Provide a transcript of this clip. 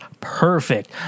perfect